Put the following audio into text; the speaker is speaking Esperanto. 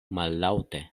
mallaŭte